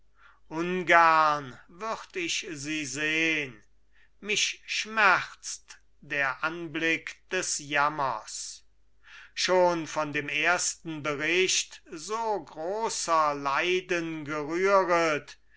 ungern würd ich sie sehn mich schmerzt der anblick des jammers schon von dem ersten bericht so großer leiden gerühret